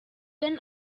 than